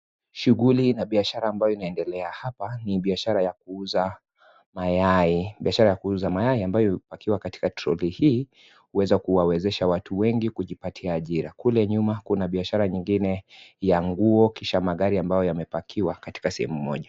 Shughuli ya biashara ambayo inaendelea hapa, ni biashara ya kuuza mayai, biashara ya kuuza mayai ambayo imepakiwa katika (cs)troli(cs) hii, huweza kuwawezesha watu wengi kujipatia ajira. Kule nyuma kuna biashara nyingine ya nguo kisha magari ambayo yamepakiwa katika sehemu moja..